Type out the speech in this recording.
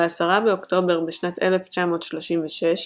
ב-10 באוקטובר בשנת 1936,